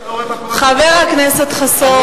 חבר הכנסת חסון.